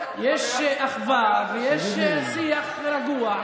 יש אחווה ויש שיח רגוע,